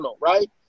right